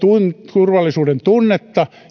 turvallisuuden tunnetta